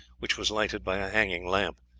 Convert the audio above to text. which was lighted by a hanging lamp.